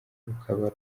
rukaba